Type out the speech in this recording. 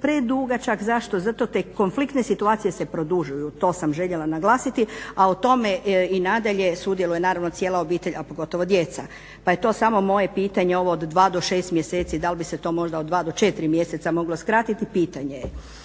predugačak, zašto? Zato te konfliktne situacije se produžuju, to sam željela naglasiti. A o tome i nadalje sudjeluje, naravno, cijela obitelj, a pogotovo djeca. Pa je to samo moje pitanje ovo od dva do šest mjeseci, dal bi se to možda od dva do četiri mjeseca moglo skratiti, pitanje je.